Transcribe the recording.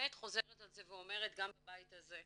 באמת חוזרת על זה ואומרת גם בבית הזה,